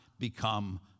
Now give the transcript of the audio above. become